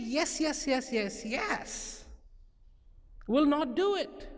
yes yes yes yes yes will not do it